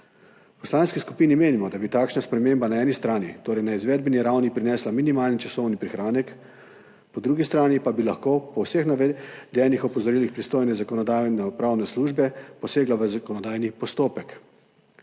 V poslanski skupini menimo, da bi takšna sprememba na eni strani, torej na izvedbeni ravni, prinesla minimalni časovni prihranek, po drugi strani pa bi lahko po vseh navedenih opozorilih pristojne Zakonodajno-pravne službe posegla v zakonodajni postopek.